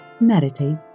meditate